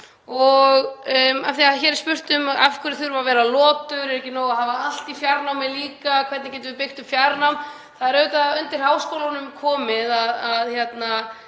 greinum. Hér er spurt: Af hverju þurfa að vera lotur? Er ekki nóg að hafa allt í fjarnámi líka? Hvernig getum við byggt upp fjarnám? Það er auðvitað undir háskólunum komið að